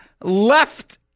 left